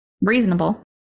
Reasonable